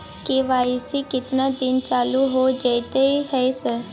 KYC केतना दिन चालू होय जेतै है सर?